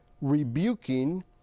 rebuking